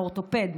לאורתופד,